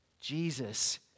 Jesus